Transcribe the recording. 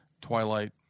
Twilight